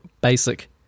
basic